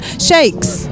Shakes